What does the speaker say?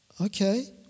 Okay